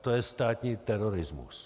To je státní terorismus!